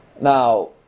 Now